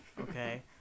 okay